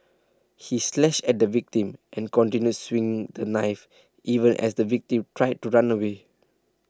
he slashed at the victim and continued swinging the knife even as the victim tried to run away